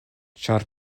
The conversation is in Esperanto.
ĉar